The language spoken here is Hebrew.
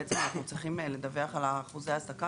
בעצם אנחנו צריכים לדווח על אחוזי העסקה